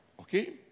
Okay